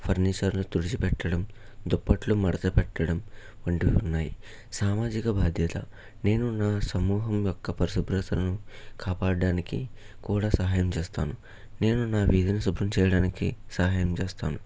ఫర్నిచర్లు తుడిచి పెట్టడం దుప్పట్లు మడతపెట్టడం వంటివి ఉన్నాయి సామాజిక బాధ్యత నేను నా సమ్మోహం యొక్క పరిశుభ్రతను కాపాడ్డానికి కూడా సహాయం చేస్తాను నేను నా వీధిని శుభ్రం చేయడానికి సహాయం చేస్తాను